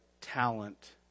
talent